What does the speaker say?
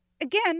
Again